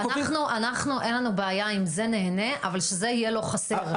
לנו אין בעיה אם זה נהנה אבל שזה יהיה לא חסר.